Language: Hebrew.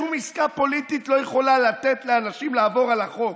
שום עסקה פוליטית לא יכולה לתת לאנשים לעבור על החוק.